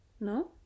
No